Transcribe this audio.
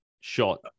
shot